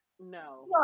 no